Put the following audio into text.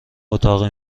اتاقی